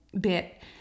bit